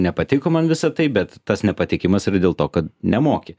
nepatiko man visa tai bet tas nepatikimas yra dėl to kad nemoki